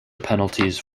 penalties